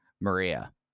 Maria